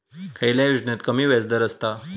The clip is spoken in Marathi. खयल्या योजनेत कमी व्याजदर असता?